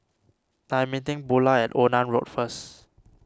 I am meeting Bula at Onan Road first